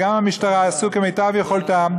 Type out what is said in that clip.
גם המשטרה עשו כמיטב יכולתם.